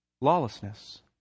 lawlessness